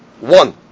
one